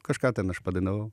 kažką ten aš padainavau